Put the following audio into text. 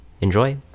Enjoy